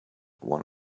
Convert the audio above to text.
one